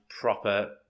proper